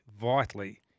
vitally